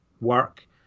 work